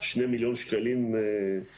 2 מיליון שקל מסכנים